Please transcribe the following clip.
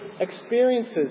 experiences